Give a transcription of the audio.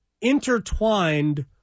intertwined